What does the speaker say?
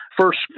First